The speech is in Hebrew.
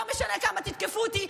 לא משנה כמה תתקפו אותי,